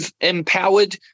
empowered